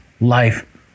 life